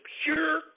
pure